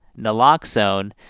naloxone